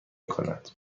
کند